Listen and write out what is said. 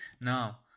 now